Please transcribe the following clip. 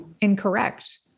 incorrect